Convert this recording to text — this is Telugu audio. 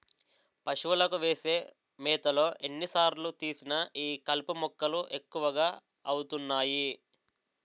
పశువులకు వేసే మేతలో ఎన్ని సార్లు తీసినా ఈ కలుపు మొక్కలు ఎక్కువ అవుతున్నాయి